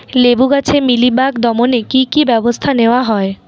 লেবু গাছে মিলিবাগ দমনে কী কী ব্যবস্থা নেওয়া হয়?